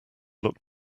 look